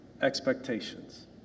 expectations